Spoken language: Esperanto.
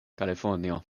kalifornio